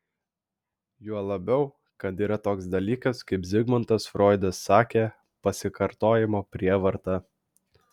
juo labiau kad yra toks dalykas kaip zigmundas froidas sakė pasikartojimo prievarta